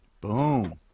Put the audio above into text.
Boom